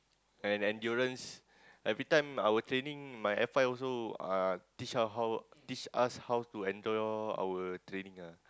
and endurance every time our training my F_I also uh teach us how teach us how to endure our training ah